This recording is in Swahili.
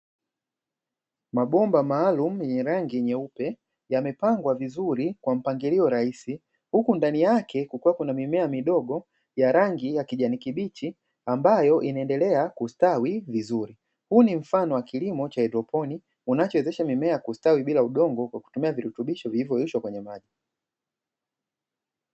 Mabomba maalumu yenye rangi nyeupe yamepangwa vizuri kwa mpangilio rahisi, huku ndani yake kukiwepo na mimea midogo ya rangi ya kijani kibichi ambayo inaendelea kustawi vizuri. Huu ni mfano wa kilimo cha haidroponi unachowezesha mimea kustawi bila udongo kwa kutumia virutubisho vilivyoyeyushwa kwenye maji.